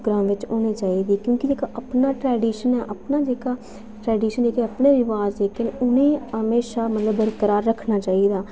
ग्रांऽ बिच होनी चाहिदी क्योंकि जेह्का अपना इक्क ट्रडीशन ऐ अपना जेह्का ट्रडीशन अपने रवाज़ जेह्के उ'नें ई हमेशा बरकरार रक्खना चाहिदा